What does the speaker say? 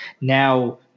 Now –